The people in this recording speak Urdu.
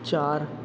چار